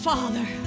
Father